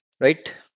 Right